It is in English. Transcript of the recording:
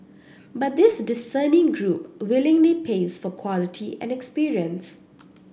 but this discerning group willingly pays for quality and experience